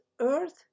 earth